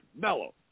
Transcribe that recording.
Mellow